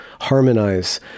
harmonize